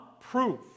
proof